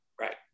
Right